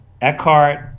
Eckhart